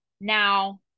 Now